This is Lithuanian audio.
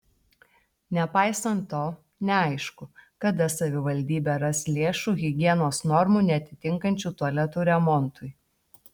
nepaisant to neaišku kada savivaldybė ras lėšų higienos normų neatitinkančių tualetų remontui